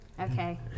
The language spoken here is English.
Okay